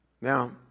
Now